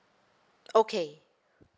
okay